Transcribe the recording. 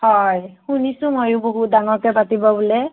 হয় শুনিছোঁ ময়ো বহুত ডাঙৰকৈ পাতিব বোলে